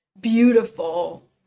beautiful